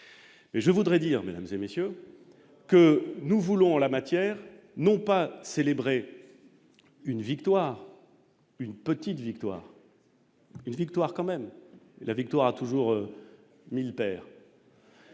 et je voudrais dire, mesdames et messieurs, que nous voulons, en la matière, non pas célébrer une victoire, une petite victoire, une victoire quand même la victoire a toujours 1000 pères.